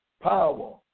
power